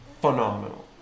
phenomenal